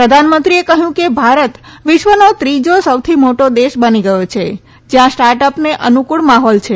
પ્રધાનમંત્રીએ કહ્યું કે ભારત વિશ્વનો ત્રીજો સૌથી મોટો દેશ બની ગયો છે જ્યાં સ્ટાર્ટ અપને અનુકૂળ માહોલ છે